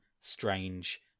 strange